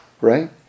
right